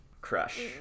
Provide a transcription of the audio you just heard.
crush